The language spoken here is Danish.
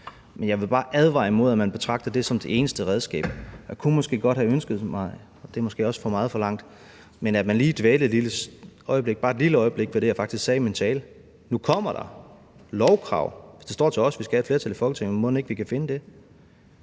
Men jeg vil bare advare imod, at man betragter det som det eneste redskab. Jeg kunne måske godt have ønsket mig, og det er måske også for meget forlangt, at man lige dvælede bare et lille øjeblik ved det, jeg faktisk sagde i min tale: Nu kommer der lovkrav, hvis det står til os – vi skal have et flertal i Folketinget, og mon ikke vi kan finde det